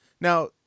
Now